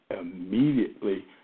immediately